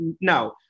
no